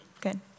good